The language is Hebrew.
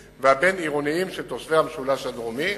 והבין-עירוניים של תושבי המשולש הדרומי.